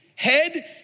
head